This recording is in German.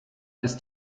ist